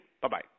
Bye-bye